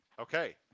okay